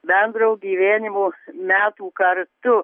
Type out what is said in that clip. bendro gyvenimo metų kartu